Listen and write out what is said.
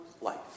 life